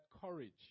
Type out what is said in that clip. courage